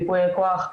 ייפויי כוח.